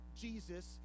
Jesus